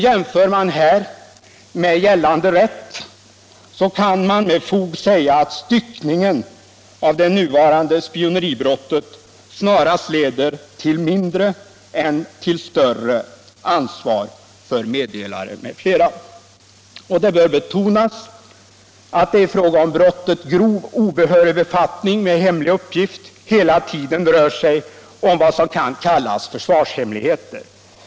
Jämför man här med gällande rätt, kan man med fog säga att styckningen av det nuvarande spioneribrottet snarast leder till mindre än till större ansvar för meddelare m.fl. Och det bör betonas att det i fråga om brottet grov obehörig befattning med hemlig uppgift hela tiden rör sig om vad som kan kailas försvarshemligheter.